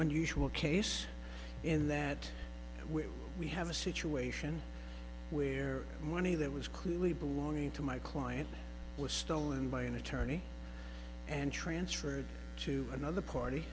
unusual case in that where we have a situation where the money that was clearly belonging to my client was stolen by an attorney and transferred to another party